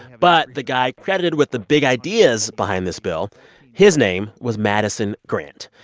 but the guy credited with the big ideas behind this bill his name was madison grant.